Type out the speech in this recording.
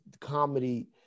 comedy